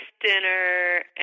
dinner